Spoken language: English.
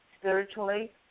spiritually